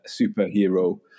superhero